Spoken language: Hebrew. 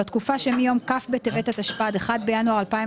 בתקופה שמיום כ' בטבת התשפ"ד (1 בינואר 2024)